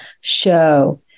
show